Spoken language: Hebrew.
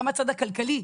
גם הצד הכלכלי,